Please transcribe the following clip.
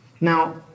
Now